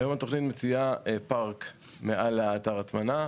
היום התוכנית מציעה פארק מעל אתר ההטמנה.